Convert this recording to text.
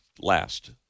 last